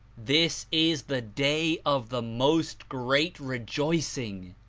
this is the day of the most great rejoicing!